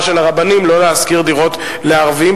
של הרבנים לא להשכיר דירות לערבים.